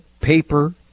paper